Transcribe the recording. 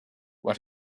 what